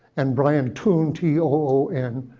and brian toon, t o o n.